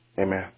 Amen